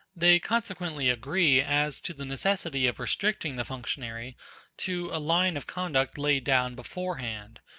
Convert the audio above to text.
they consequently agree as to the necessity of restricting the functionary to a line of conduct laid down beforehand,